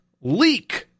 leak